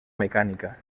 mecánica